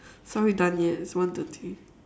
so are we done yet it's one thirty